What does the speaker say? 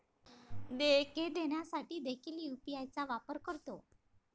देयके देण्यासाठी देखील यू.पी.आय चा वापर करतो